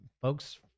folks